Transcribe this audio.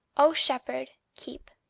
o shepherd, keep.